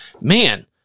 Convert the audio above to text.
man